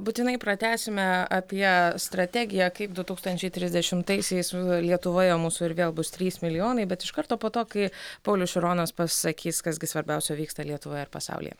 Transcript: būtinai pratęsime apie strategiją kaip du tūsktančiai trisdešimtaisiais lietuvoje mūsų ir vėl bus trys milijonai bet iš karto po to kai paulius šironas pasakys kas gi svarbiausio vyksta lietuvoje ir pasaulyje